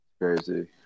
crazy